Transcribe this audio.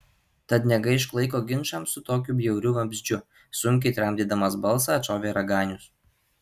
tad negaišk laiko ginčams su tokiu bjauriu vabzdžiu sunkiai tramdydamas balsą atšovė raganius